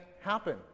happen